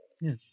Yes